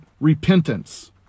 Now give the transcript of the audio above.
repentance